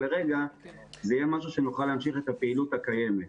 נוכל להמשיך את הפעילות הקיימת.